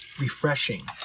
Refreshing